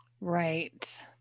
Right